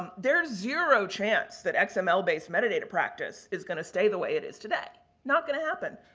um there's zero chance that like xml based metadata practice is going to stay the way it is today, not going to happen.